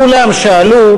כולם שאלו.